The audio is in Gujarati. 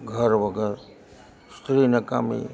ઘર વગર સ્ત્રી નકામી